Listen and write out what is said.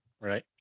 right